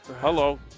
Hello